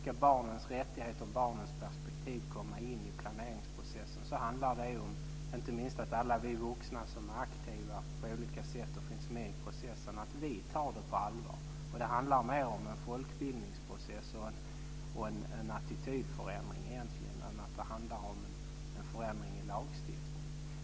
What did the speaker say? Om barnens rättigheter och perspektiv ska komma in i planeringsprocessen så handlar det alldeles självklart inte minst om att alla vi vuxna som är aktiva på olika sätt och finns med i processen tar det hela på allvar. Det handlar mer om en folkbildningsprocess och en attitydförändring än om en förändring i lagstiftningen.